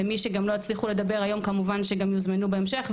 ומי שגם לא יצליחו לדבר היום כמובן שגם יוזמנו בהמשך,